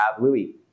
Louis